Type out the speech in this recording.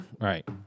right